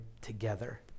together